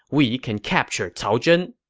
we can capture cao zhen.